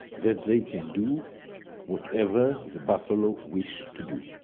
that they can do whatever the buffalo wish to do.